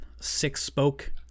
six-spoke